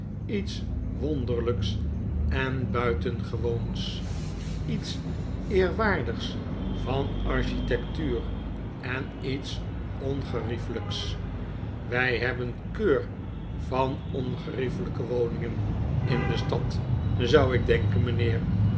iets wonderlijks en buitengewoous iets eerwaardigs van architectuur en iets ongeriefelijk wij hebben keur van ongeriefelijke woningen in de stad zou ik denken mijnheer